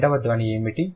రెండవ ధ్వని ఏమిటి